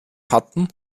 hatten